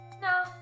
No